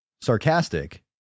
sarcastic